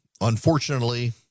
Unfortunately